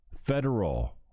federal